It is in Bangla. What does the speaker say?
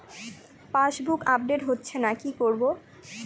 পাসবুক আপডেট হচ্ছেনা কি করবো?